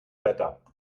wetter